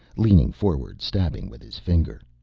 leaning forward, stabbing with his finger.